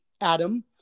Adam